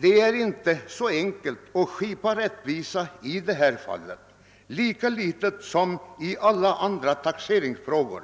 det inte är enkelt att i detta fall skipa rättvisa — lika litet som det är lätt att göra det när det gäller alla andra taxeringsfrågor.